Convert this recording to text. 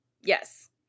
Yes